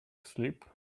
sleep